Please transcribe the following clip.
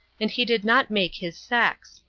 and he did not make his sex.